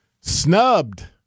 snubbed